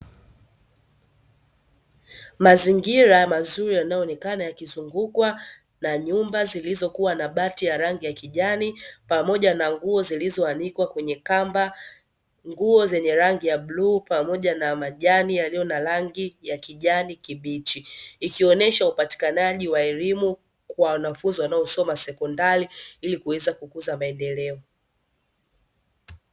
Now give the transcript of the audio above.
Mazingira mazuri yanayoonekana yakizungukwa na nyumba zilzokua na bati ya rangi ya kijani pamoja na nguo zilizo anikwa kwenye kamba, nguo zenye rangi ya bluu pamoja na majani yaliyo na rangi ya kijani kibichi, ikionesha upatikanaji wa elimu kwa wanafunzi wanaosoma sekondari ili kuweza kukuza maendeleo.